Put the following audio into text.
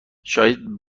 شاید